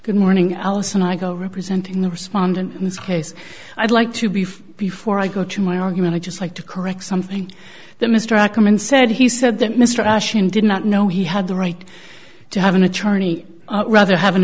good morning alison i go representing the respondent in this case i'd like to beef before i go to my argument i'd just like to correct something that mr ackerman said he said that mr ashton did not know he had the right to have an attorney rather have an